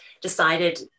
decided